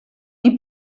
die